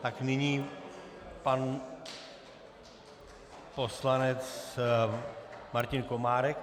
Tak nyní pan poslanec Martin Komárek.